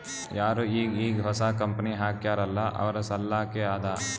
ಯಾರು ಈಗ್ ಈಗ್ ಹೊಸಾ ಕಂಪನಿ ಹಾಕ್ಯಾರ್ ಅಲ್ಲಾ ಅವ್ರ ಸಲ್ಲಾಕೆ ಅದಾ